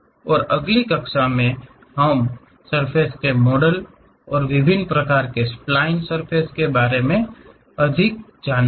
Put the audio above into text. और अगली कक्षाओं में हम सर्फ़ेस के मॉडल और विभिन्न प्रकार की स्प्लइन सतहों के बारे में अधिक जानेंगे